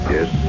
Yes